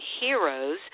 heroes